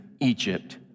Egypt